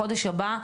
מתכנסים בחודש הבא,